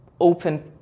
open